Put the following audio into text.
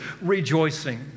rejoicing